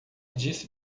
disse